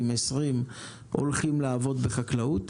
30 הולכים לעבוד בחקלאות.